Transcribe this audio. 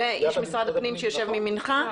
ואיש משרד הפנים שיושב לימינך?